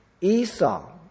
Esau